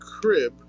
crib